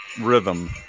rhythm